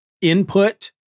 input